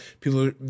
people